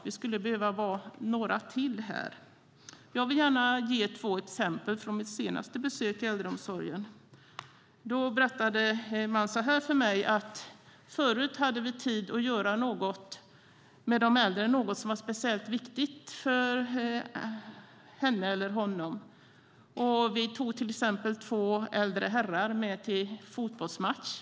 De behöver vara några till. Jag vill gärna ge två exempel från mitt senaste besök i äldreomsorgen. En man berättade att de tidigare hade tid att göra något som var speciellt viktigt för de äldre, för henne eller honom. De tog till exempel med två äldre herrar till en fotbollsmatch.